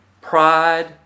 pride